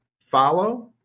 follow